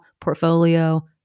portfolio